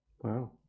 Wow